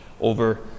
over